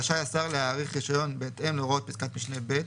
רשאי השר להאריך רישיון בהתאם להוראות פסקה משנה (ב)